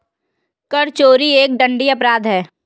कर चोरी एक दंडनीय अपराध है